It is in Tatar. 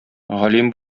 галим